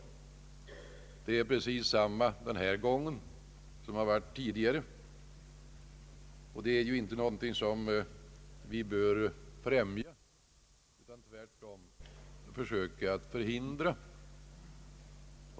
Sådana rubbningar har inträffat den här gången liksom många gånger tidigare, och detta är ju inte någonting som vi bör främja utan tvärtom söka förhindra.